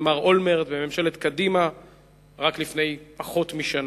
מר אולמרט וממשלת קדימה רק לפני פחות משנה.